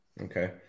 Okay